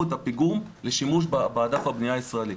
את הפיגום לשימוש בענף הבנייה הישראלי.